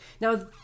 Now